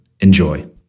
Enjoy